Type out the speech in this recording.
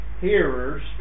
hearers